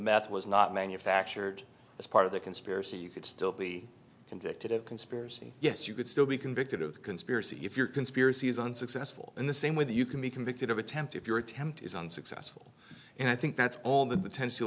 meth was not manufactured as part of the conspiracy you could still be convicted of conspiracy yes you could still be convicted of conspiracy if your conspiracy is unsuccessful in the same way that you can be convicted of attempted if your attempt is unsuccessful and i think that's all the potential